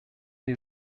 die